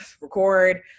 record